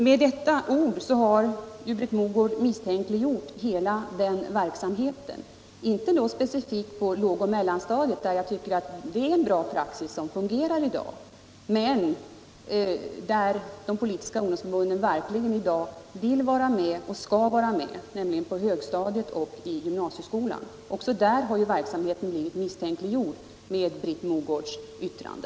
Med dessa ord har Britt Mogård misstänkliggjort hela verksamheten, inte specifikt den på lågoch mellanstadiet utan även där de politiska ungdomsförbunden i dag vill vara med och skall vara med, nämligen på högstadiet och i gymnasieskolan. Också där har verksamheten med medverkan från de politiska ungdomsförbunden blivit misstänkliggjord genom Britt Mogårds yttrande.